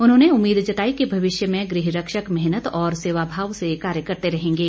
उन्होंने उम्मीद जताई कि भविष्य में गृह रक्षक मेहनत और सेवाभाव से कार्य करते रहेंगे